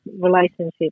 relationship